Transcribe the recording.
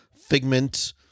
Figment